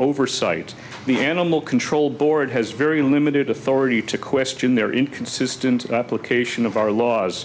oversight the animal control board has very limited authority to question their inconsistent cation of our laws